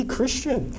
Christian